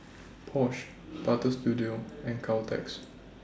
Porsche Butter Studio and Caltex